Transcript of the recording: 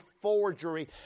forgery